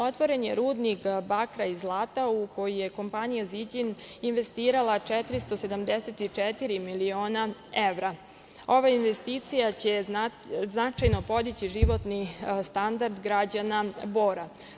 Otvoren je rudnik bakra i zlata u koji je kompanija „Ziđin“ investirala 474 miliona evra. ova investicija će značajno podići životni standard građana Bora.